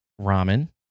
ramen